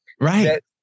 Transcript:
Right